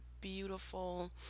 beautiful